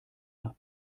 nach